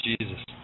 Jesus